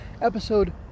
episode